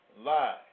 lie